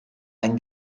hain